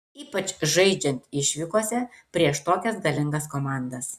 ypač žaidžiant išvykose prieš tokias galingas komandas